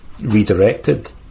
redirected